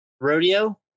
rodeo